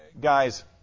Guys